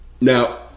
now